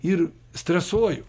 ir stresuoju